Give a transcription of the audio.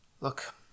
Look